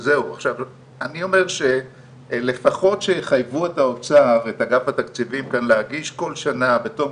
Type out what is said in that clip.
אני פשוט לא חושב שכרגע זה המקום ללבן